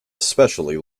especially